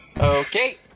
Okay